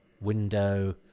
window